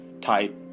type